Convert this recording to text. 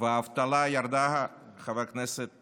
והאבטלה ירדה, חבר הכנסת קרעי,